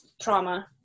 trauma